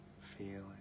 feeling